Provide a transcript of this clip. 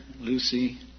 Lucy